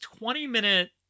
20-minute